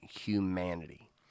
humanity